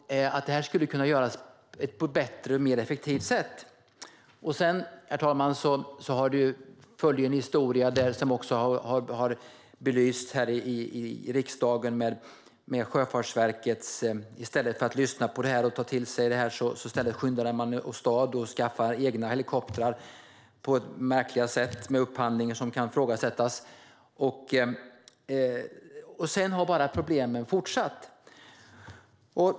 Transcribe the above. Detta skulle kunna göras på ett bättre och mer effektivt sätt. Herr talman! Sedan följer en historia när det gäller Sjöfartsverket, som också har belysts här i riksdagen. I stället för att lyssna på och ta till sig detta skyndade man åstad och skaffade egna helikoptrar på märkliga sätt, med upphandlingar som kan ifrågasättas. Sedan har problemen bara fortsatt.